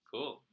Cool